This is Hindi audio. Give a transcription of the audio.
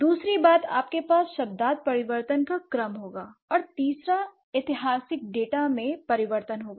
दूसरी बात आपके पास शब्दार्थ परिवर्तन का क्रम होगा और तीसरा ऐतिहासिक डेटा में परिवर्तन होगा